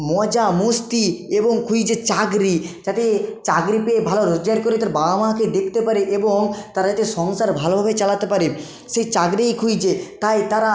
মজা মস্তি এবংখুঁজছে চাকরি যাতে চাকরি পেয়ে ভালো রোজগার করে তার বাবা মাকে দেখতে পারে এবং তারা যাতে সংসার ভালোভাবে চালাতে পারে সেই চাকরিই খুঁজছে তাই তারা